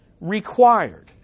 required